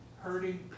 hurting